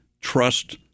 trust